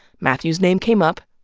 mathew's name came up.